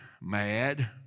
mad